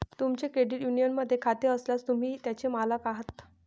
तुमचे क्रेडिट युनियनमध्ये खाते असल्यास, तुम्ही त्याचे मालक आहात